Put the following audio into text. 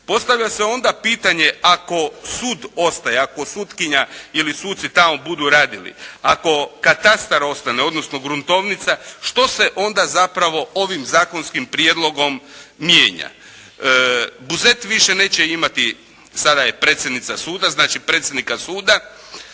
Postavlja se onda pitanje, ako sud ostaje, ako sutkinja ili suci budu tamo radili, ako katastar ostane odnosno gruntovnica, što se onda zapravo ovim zakonskim prijedlogom mijenja? Buzet više neće imati, sada je predsjednica suda, znači predsjednika suda,